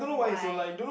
why